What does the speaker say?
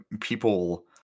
people